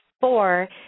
four